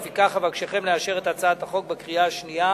לפיכך, אבקשכם לאשר את הצעת החוק בקריאה השנייה